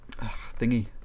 thingy